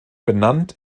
benannt